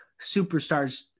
superstars